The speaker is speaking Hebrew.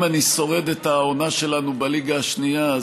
אם אני שורד את העונה שלנו אני בליגה השנייה,